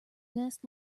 nest